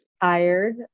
tired